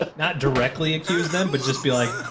ah not directly accuse them, but just be like,